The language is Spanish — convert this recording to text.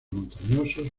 montañosos